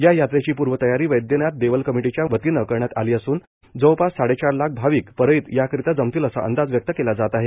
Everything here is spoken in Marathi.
या यात्रेची पुर्वतयारी वैदयनाथ देवल कमिटीच्या वतीनं करण्यात आली असून जवळपास सापेचार लाख भाविक परळीत या करिता जमतील असा अंदाज व्यक्त केल्या जात आहे